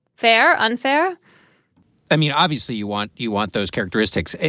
fair, unfair i mean, obviously, you want. you want those characteristics.